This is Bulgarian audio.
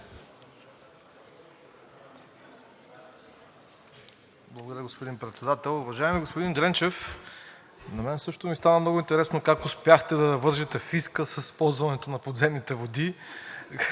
Благодаря, господин Председател.